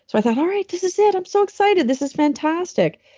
so, i thought, all right. this is it. i'm so excited. this is fantastic.